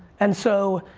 and so,